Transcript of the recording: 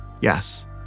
Yes